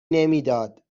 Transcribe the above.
نمیداد